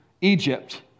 Egypt